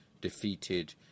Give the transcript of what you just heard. defeated